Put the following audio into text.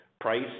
Price